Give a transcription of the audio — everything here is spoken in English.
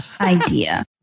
idea